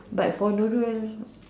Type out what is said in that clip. but for Nurul